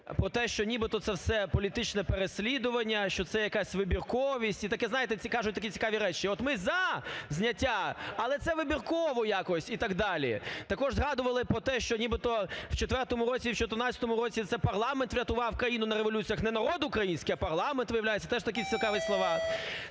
про те, що нібито це все політичне переслідування, що це якась вибірковість і таке, знаєте, всі кажуть такі цікаві речі: от, ми – за зняття, але це вибірково якось і так далі. Також згадували про те, що нібито в 2004 році і в 2014 році це парламент врятував Україну на революціях, не народ український, а парламент, виявляється – теж такі цікаві слова.